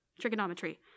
trigonometry